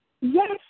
yes